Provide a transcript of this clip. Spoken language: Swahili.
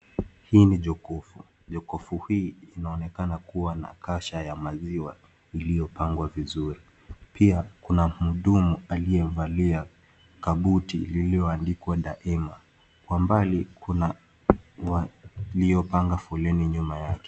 Hii ni jokofu. Jokofu hii inaonekana kuwa na kasha ya maziwa iliyopangwa vizuri. Pia kuna muhudumu aliyevalia kabuti lililoandikwa Daima. Kwa mbali kuna waliopanga foleni nyuma yake.